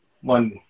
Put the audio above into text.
one